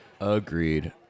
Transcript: Agreed